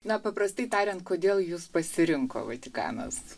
na paprastai tariant kodėl jus pasirinko vatikanas